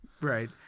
Right